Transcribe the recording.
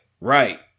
Right